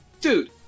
dude